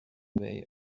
way